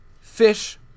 fish